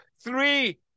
three